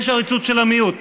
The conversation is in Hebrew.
יש עריצות של המיעוט.